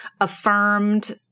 affirmed